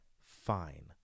Fine